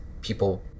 people